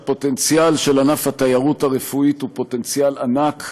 הפוטנציאל של ענף התיירות הרפואית הוא ענק,